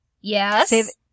yes